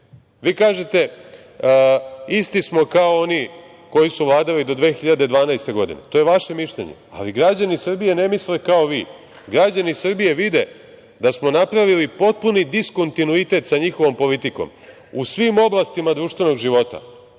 kažete, isti smo kao oni koji su vladali do 2012. godine. To je vaše mišljenje, ali građani Srbije ne misle kao vi. Građani Srbije vide da smo napravili potpuni diskontinuitet sa njihovom politikom u svim oblastima društvenog života